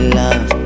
love